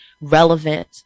relevant